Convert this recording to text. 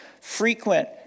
frequent